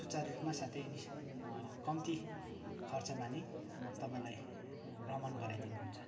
सुचारु रूपमा साथै अनि कम्ती खर्चमा नै तपाईँलाई भ्रमण गराइदिनु हुन्छ